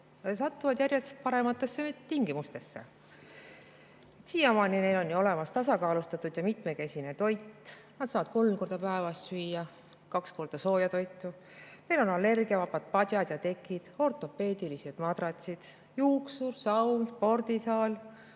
satuvad järjest parematesse tingimustesse. Siiamaani on neil ju olnud olemas tasakaalustatud ja mitmekesine toit – nad saavad kolm korda päevas süüa, kaks korda sooja toitu –, neil on allergiavabad padjad ja tekid, ortopeedilised madratsid, juuksur, saun, spordisaal,